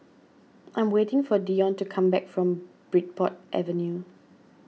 I am waiting for Deon to come back from Bridport Avenue